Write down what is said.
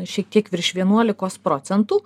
šiek tiek virš vienuolikos procentų